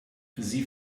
sie